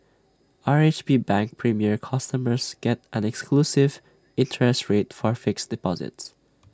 R H B bank premier customers get an exclusive interest rate for fixed deposits